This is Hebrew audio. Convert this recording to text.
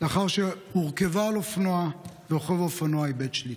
לאחר שהורכבה על אופנוע ורוכב האופנוע איבד שליטה.